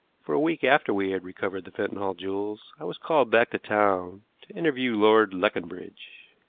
for a week after we had recovered the fenton hall jewels i was called back to town to interview lord leconbridge.